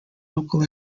local